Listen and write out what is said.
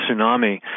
tsunami